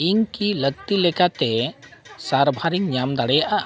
ᱤᱧ ᱠᱤ ᱞᱟᱹᱠᱛᱤ ᱞᱮᱠᱟᱛᱮ ᱥᱟᱨᱵᱷᱟᱨ ᱤᱧ ᱧᱟᱢ ᱫᱟᱲᱮᱭᱟᱜᱼᱟ